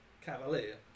cavalier